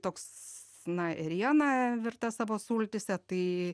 toks na ėriena virta savo sultyse tai